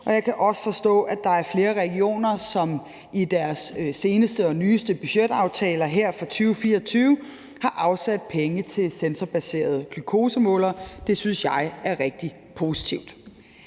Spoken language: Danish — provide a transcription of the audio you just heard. Jeg kan også forstå, at der er flere regioner, som i deres seneste budgetaftaler her for 2024 har afsat penge til sensorbaserede glukosemålere. Det synes jeg er rigtig positivt.